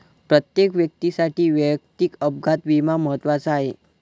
प्रत्येक व्यक्तीसाठी वैयक्तिक अपघात विमा महत्त्वाचा आहे